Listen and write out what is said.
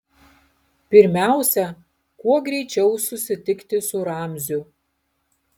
pirmiausia kuo greičiau susitikti su ramziu